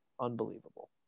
unbelievable